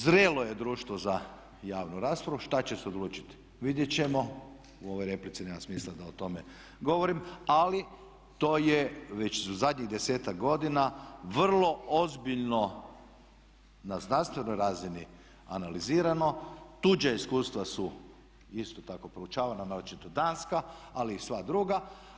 Zrelo je društvo za javnu raspravu, šta će se odlučiti vidjeti ćemo, u ovoj replici nema smisla da o tome govorim ali to je već zadnjih 10-ak godina vrlo ozbiljno na znanstvenoj razini analizirano, tuđa iskustva su isto tako proučavana naročito Danska ali i sva druga.